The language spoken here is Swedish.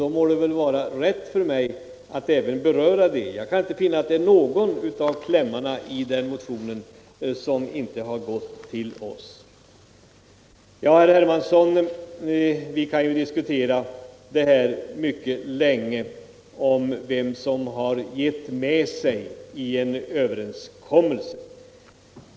Då må jag väl ha rätt att även beröra dem. Jag kan inte finna att någon av klämmarna i den motionen inte har gått till finansutskottet. Ja, herr Hermansson, vi kan diskutera mycket länge vem som har givit med sig i en överenskommelse.